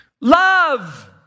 Love